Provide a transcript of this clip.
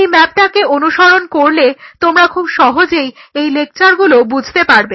এই ম্যাপটাকে অনুসরণ করলে তোমরা খুব সহজেই এই লেকচারগুলো বুঝতে পারবে